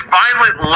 violent